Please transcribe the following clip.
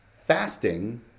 Fasting